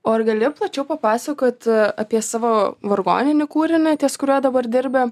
o ar gali plačiau papasakot apie savo vargoninį kūrinį ties kuriuo dabar dirbi